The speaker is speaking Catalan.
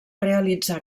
realitzar